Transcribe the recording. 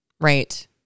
right